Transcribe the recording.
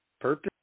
purpose